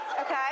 okay